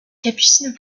capucines